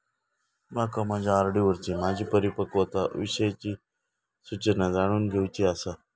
माका माझ्या आर.डी वरची माझी परिपक्वता विषयची सूचना जाणून घेवुची आसा